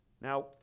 Now